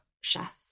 chef